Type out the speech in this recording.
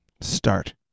start